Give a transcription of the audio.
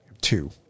Two